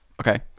Okay